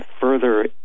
further